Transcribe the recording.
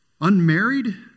Unmarried